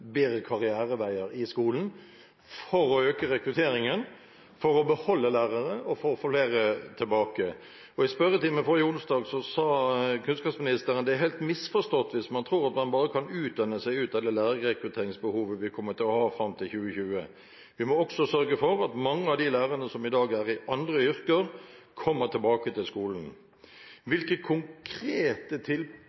bedre karriereveier i skolen for å øke rekrutteringen, for å beholde lærere og for å få flere tilbake. I spørretimen forrige onsdag sa kunnskapsministeren: «Det er helt misforstått hvis man tror at man bare kan utdanne seg ut av det lærerrekrutteringsbehovet vi kommer til å ha fram til 2020. Vi må også sørge for at mange av de lærerne som i dag er i andre yrker, kommer tilbake til skolen.»